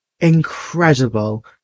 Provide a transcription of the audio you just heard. incredible